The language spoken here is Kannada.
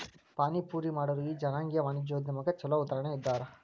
ಪಾನಿಪುರಿ ಮಾಡೊರು ಈ ಜನಾಂಗೇಯ ವಾಣಿಜ್ಯೊದ್ಯಮಕ್ಕ ಛೊಲೊ ಉದಾಹರಣಿ ಇದ್ದಾರ